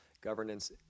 governance